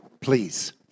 Please